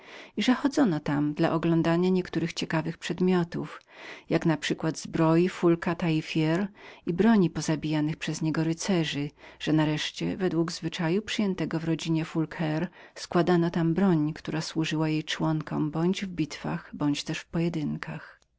i że chodzono tam dla oglądania niektórych ciekawych przedmiotów jak naprzykład zbroi foulqua taille fer i broni pozabijanych przez niego rycerzy że nareszcie według zwyczaju przyjętego w domu foulquire składano tam broń która służyła członkom tej rodziny bądź w bitwach bądź też w